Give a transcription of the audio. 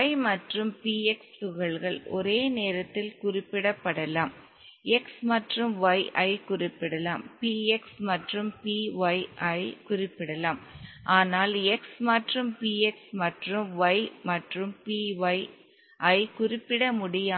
y மற்றும் p x துகள்கள் ஒரே நேரத்தில் குறிப்பிடப்படலாம் x மற்றும் y ஐ குறிப்பிடலாம் p x மற்றும் p y ஐ குறிப்பிடலாம் ஆனால் x மற்றும் p x மற்றும் y மற்றும் p y ஐ குறிப்பிட முடியாது